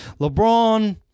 LeBron